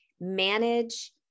manage